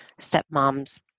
stepmoms